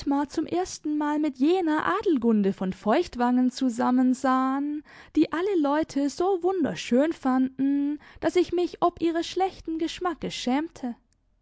zum erstenmal mit jener adelgunde von feuchtwangen zusammensahen die alle leute so wunderschön fanden daß ich mich ob ihres schlechten geschmacks schämte